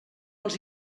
els